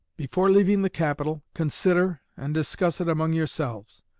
before leaving the capital, consider and discuss it among yourselves.